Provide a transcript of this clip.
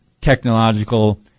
technological